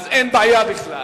אז אין בעיה בכלל.